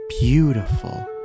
beautiful